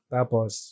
Tapos